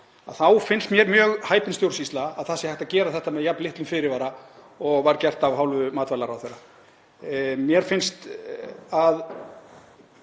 þá finnst mér mjög hæpin stjórnsýsla að það sé hægt að gera þetta með jafn litlum fyrirvara og var gert af hálfu matvælaráðherra. Mér finnst að